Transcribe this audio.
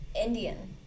indian